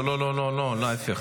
לא לא לא, להפך.